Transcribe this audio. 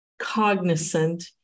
cognizant